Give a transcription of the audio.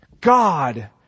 God